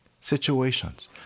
situations